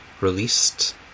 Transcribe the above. released